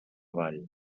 vall